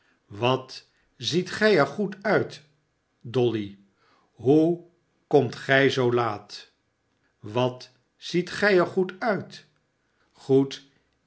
swat met gij er goed uit dolly hoe komt gij zoo laat wat ziet gij er goed uit goed